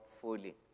fully